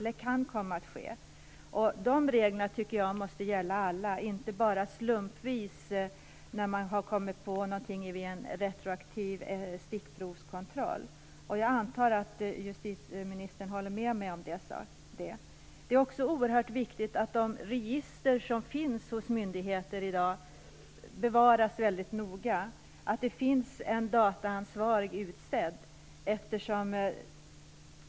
Jag tycker att de reglerna måste omfatta alla och inte bara gälla slumpvis när man har kommit på något vid en retroaktiv stickprovskontroll. Jag antar att justitieministern håller med mig om det. Det är också oerhört viktigt att de register som finns hos myndigheter i dag bevaras väldigt noga och att det finns en dataansvarig person utsedd.